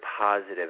Positive